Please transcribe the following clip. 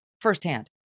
firsthand